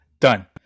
done